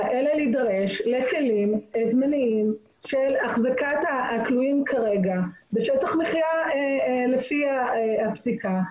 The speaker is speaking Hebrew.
אלא להידרש ולקיים --- של החזקת העצורים כרגע בשטח מחיה לפי הפסיקה.